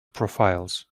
profiles